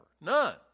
None